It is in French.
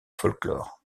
folklore